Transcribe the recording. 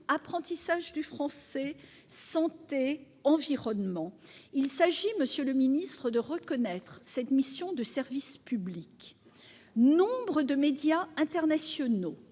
apprentissage du français, santé, environnement ... Il s'agit de reconnaître cette mission de service public. Nombre de médias internationaux,